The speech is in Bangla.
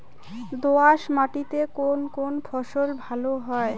দোঁয়াশ মাটিতে কোন কোন ফসল ভালো হয়?